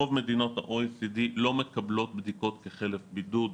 רוב מדינות ה-OECD לא מקבלות בדיקות כחלף בידוד,